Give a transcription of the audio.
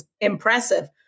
impressive